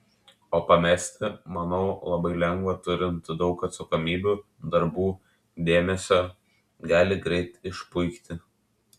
o pamesti manau labai lengva turint daug atsakomybių darbų dėmesio gali greit išpuikti